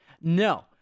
No